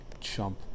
chump